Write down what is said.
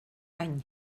any